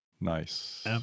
Nice